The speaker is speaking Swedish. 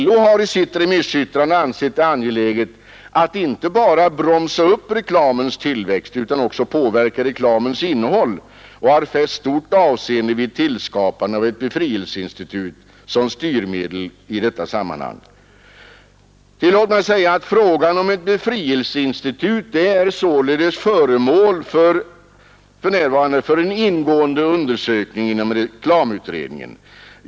LO har i sitt remissyttrande ansett det angeläget att inte bara bromsa upp reklamens tillväxt utan också att påverka reklamens innehåll och har fäst stort avseende vid tillskapandet av ett befrielseinstitut som styrmedel i detta sammanhang. Frågan om ett befrielseinstitut är således för närvarande föremål för en ingående undersökning inom reklamutredningen.